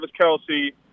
Kelsey